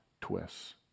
twists